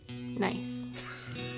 Nice